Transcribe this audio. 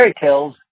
tales